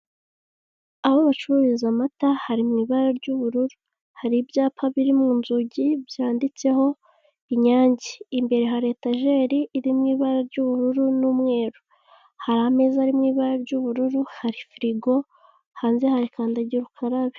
Aho bacururiza amata hari mu ibara ry'ubururu hari ibyapa biri mu nzugi byanditseho inyange, imbere hari etajeri iri mu ibara ry'ubururu n'umweru, hari ameza ari mu ibara ry'ubururu, hari firigo hanze hari kandagira ukarabe.